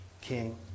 king